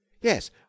Yes